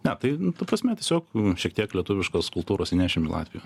ne tai ta prasme tiesiog šiek tiek lietuviškos kultūros įnešim į latviją